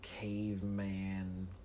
caveman